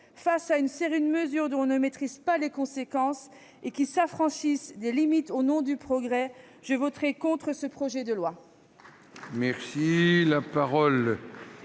Face à une série de mesures dont on ne maîtrise pas les conséquences et qui s'affranchissent des limites au nom du progrès, je voterai contre ce projet de loi.